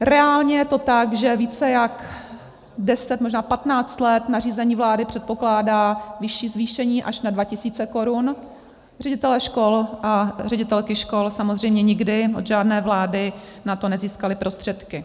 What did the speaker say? Reálně je to tak, že více jak deset a možná patnáct let nařízení vlády předpokládá vyšší zvýšení až na 2 000 korun, ředitelé a ředitelky škol samozřejmě nikdy od žádné vlády na to nezískali prostředky.